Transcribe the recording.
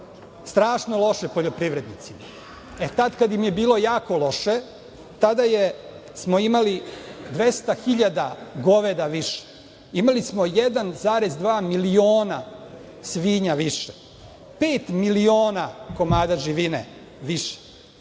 strašno loše poljoprivrednicima i tada kada im je bilo jako loše, tada smo imali 200 hiljada goveda više i imali smo 1,2 miliona svinja više, 5 miliona komada živine više.